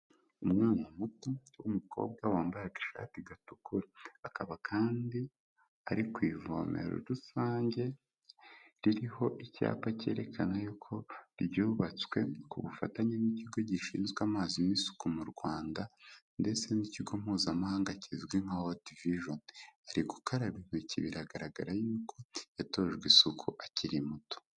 Umwana muto w'umukobwa wambaye agashati gatukura, akaba kandi ari ku ivomero rusange, ririho icyapa cyerekana yuko ryubatswe ku bufatanye n'ikigo gishinzwe amazi n'isuku mu Rwanda ndetse n'ikigo mpuzamahanga kizwi nka WORLD VISION, ari gukaraba intoki biragaragara yuko yatojwe isuku akiri muto.